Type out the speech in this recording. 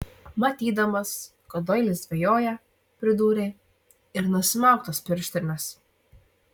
matydamas kad doilis dvejoja pridūrė ir nusimauk tas pirštines